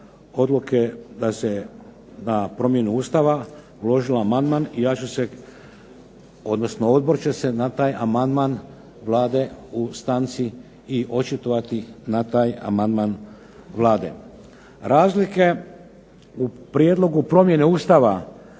odluke da se na promjenu Ustava uloži amandman, i ja ću se, odnosno odbor će se na taj amandman Vlade u stanci i očitovati na taj amandman Vlade. Razlike u prijedlogu promjene Ustava